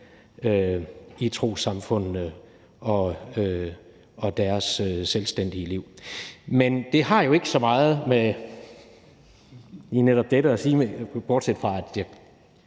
i trossamfundene og deres selvstændige liv. Men det har jo ikke så meget med lige netop dette at gøre, bortset fra at